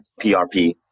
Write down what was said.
PRP